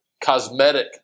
cosmetic